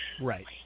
Right